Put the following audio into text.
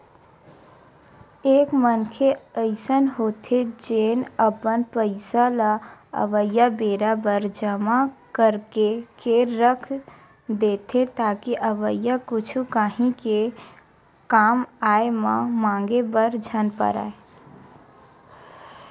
एक मनखे अइसन होथे जेन अपन पइसा ल अवइया बेरा बर जमा करके के रख देथे ताकि अवइया कुछु काही के कामआय म मांगे बर झन परय